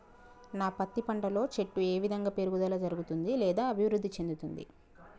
నా పత్తి పంట లో చెట్టు ఏ విధంగా పెరుగుదల జరుగుతుంది లేదా అభివృద్ధి చెందుతుంది?